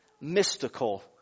mystical